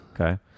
Okay